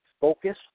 focus